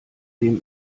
dem